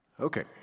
okay